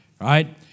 Right